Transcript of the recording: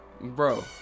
Bro